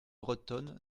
bretonne